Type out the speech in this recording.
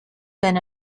been